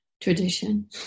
tradition